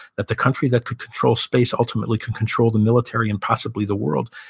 that the country that could control space ultimately could control the military and possibly the world.